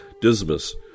Dismas